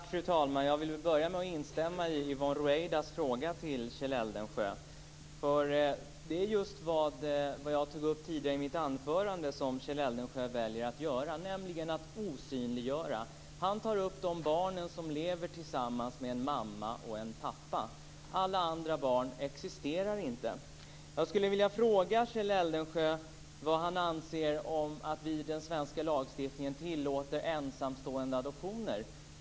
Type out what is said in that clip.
Fru talman! Jag vill börja med att instämma i Yvonne Ruwaidas fråga till Kjell Eldensjö. Det är just det som jag tog upp tidigare i mitt anförande som Kjell Eldensjö väljer att göra, nämligen att osynliggöra. Han tar upp de barn som lever tillsammans med en mamma och en pappa. Alla andra barn existerar inte. Jag skulle vilja fråga Kjell Eldensjö vad han anser om att vi i den svenska lagstiftningen tillåter ensamstående att adoptera.